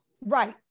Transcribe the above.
right